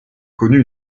connut